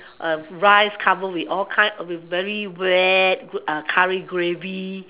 uh rice covered with all kind with very wet curry gravy